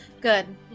good